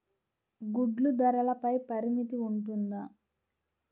గుడ్లు ధరల పై పరిమితి ఉంటుందా?